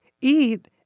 eat